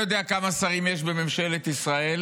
אני לא יודע כמה שרים יש בממשלת ישראל,